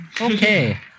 Okay